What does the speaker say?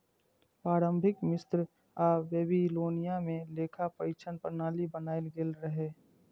प्रारंभिक मिस्र आ बेबीलोनिया मे लेखा परीक्षा प्रणाली बनाएल गेल रहै